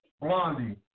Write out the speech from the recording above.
Blondie